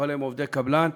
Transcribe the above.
אבל הם עובדי קבלן,